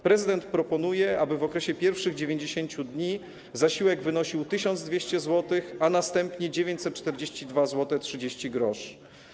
Prezydent proponuje, aby w okresie pierwszych 90 dni zasiłek wynosił 1200 zł, a następnie 942,30 zł.